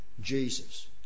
Jesus